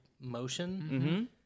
motion